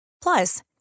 Plus